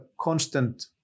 constant